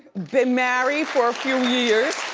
been married for a few years.